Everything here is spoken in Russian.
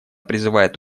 призывает